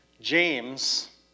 James